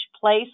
place